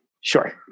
Sure